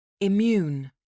Immune